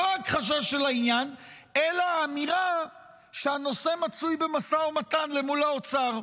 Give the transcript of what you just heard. לא הכחשה של העניין אלא אמירה שהנושא מצוי במשא ומתן מול האוצר.